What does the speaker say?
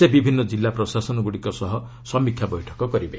ସେ ବିଭିନ୍ନ ଜିଲ୍ଲା ପ୍ରଶାସନଗୁଡ଼ିକ ସହ ସମୀକ୍ଷା ବୈଠକ କରିବେ